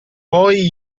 poi